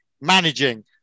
managing